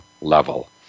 level